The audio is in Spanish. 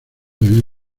habían